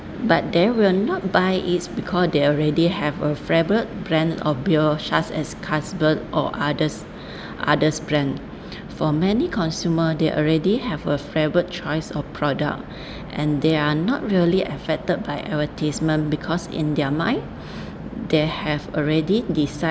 but they will not buy it because they already have a favorite brand of beer such as carlsberg or others others brand for many consumer they already have a favourite choice of product and they're not really affected by advertisement because in their mind they have already decide